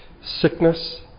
Sickness